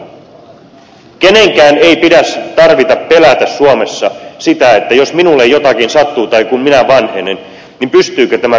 kenenkään ei pidä pelätä suomessa sitä että jos minulle jotakin sattuu tai kun minä vanhenen pystyykö tämä kunta tarjoamaan minulle palveluja